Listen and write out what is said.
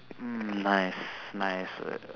mm nice nice